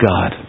God